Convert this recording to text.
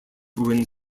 when